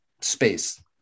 space